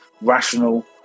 rational